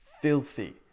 filthy